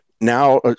now